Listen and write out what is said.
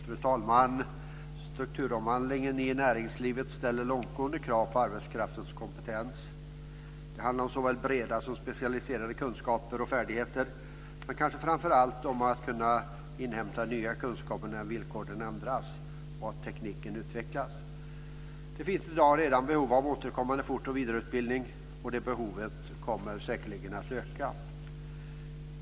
Fru talman! Strukturomvandlingen i näringslivet ställer långtgående krav på arbetskraftens kompetens. Det handlar om såväl breda som specialiserade kunskaper och färdigheter men kanske framför allt om att kunna inhämta nya kunskaper när villkoren ändras och tekniken utvecklas. Det finns i dag redan behov av återkommande fort och vidareutbildning, och det behovet kommer säkerligen att öka.